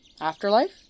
Afterlife